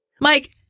Mike